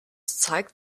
zeigt